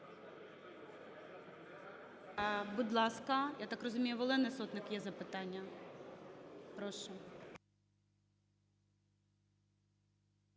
Будь ласка, я так розумію, в Олени Сотник є запитання. Прошу.